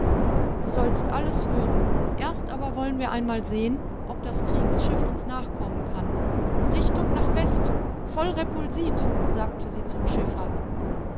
du sollst alles hören erst aber wollen wir einmal sehen ob das kriegsschiff uns nachkommen kann richtung nach west voll repulsit sagte sie zum schiffer